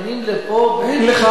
בתחום הזה, אני לא מקבל את מה שאתה אומר.